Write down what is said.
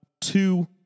two